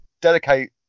dedicate